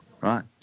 Right